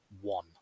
one